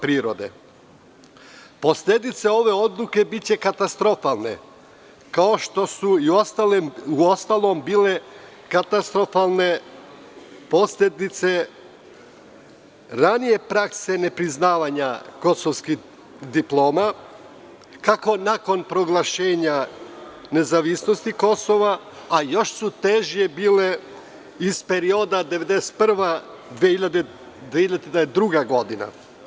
Posledice ove odluke biće katastrofalne, kao što su uostalom bile katastrofalne posledice ranije prakse nepriznavanja kosovskih diploma, kako nakon proglašenja nezavisnosti Kosova, a još su teže bile iz perioda 1991. i 2002. godina.